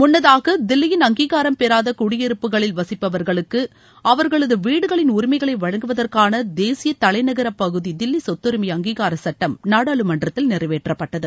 முன்னதாக தில்லியின் அங்கீகாரம் பெறாத குடியிருப்புகளில் வசிப்பவர்களுக்கு அவர்களது வீடுகளின் உரிமைகளை வழங்குவதற்கான தேசிய தலைநகர பகுதி தில்லி சொத்தரிமை அங்கீகார சுட்டம் நாடாளுமன்றத்தில் நிறைவேற்றப்பட்டது